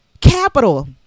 capital